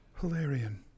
Hilarion